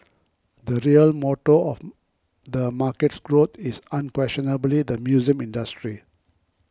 the real motor of the market's growth is unquestionably the museum industry